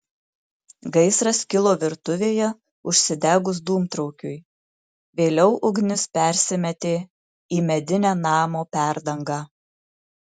gaisras kilo virtuvėje užsidegus dūmtraukiui vėliau ugnis persimetė į medinę namo perdangą